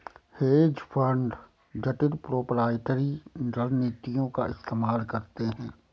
hedge fund जटिल proprietary रणनीतियों का इस्तेमाल करते हैं